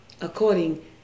according